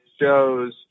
shows –